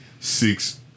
six